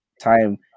time